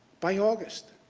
by august.